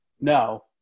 No